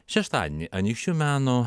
šeštadienį anykščių meno